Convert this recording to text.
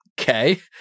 okay